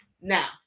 now